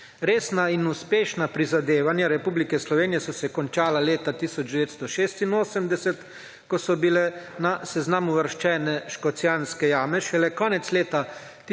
Resna in uspešna prizadevanja Republike Slovenije so se končala leta 1986, ko so bile seznamu uvrščene Škocjanske jame šele konec leta